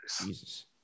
Jesus